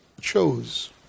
chose